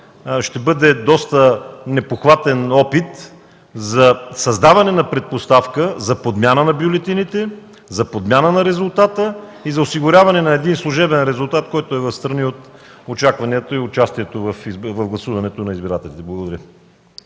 ще бъде доста непоклатим опит за създаване на предпоставка за подмяна на бюлетините, за подмяна на резултата и за осигуряване на служебен резултат, който е встрани от очакванията и участието в гласуването на избирателите. Благодаря.